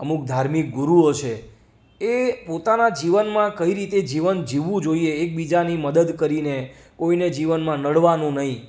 અમુક ધાર્મિક ગુરુઓ છે એ પોતાનાં જીવનમાં કઈ રીતે જીવન જીવવું જોઈએ એકબીજાની મદદ કરીને કોઈને જીવનમાં નડવાનું નહીં